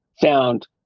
found